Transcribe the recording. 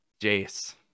Jace